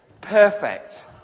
perfect